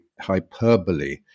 hyperbole